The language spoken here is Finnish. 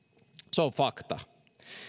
se on fakta